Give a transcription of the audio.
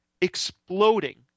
exploding